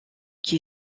qui